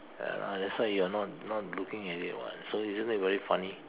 ya lah that's why you are not not looking at it [what] so isn't it very funny